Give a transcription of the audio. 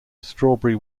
strawberry